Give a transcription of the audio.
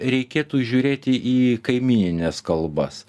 reikėtų žiūrėti į kaimynines kalbas